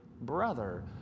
brother